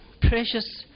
precious